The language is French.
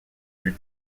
plus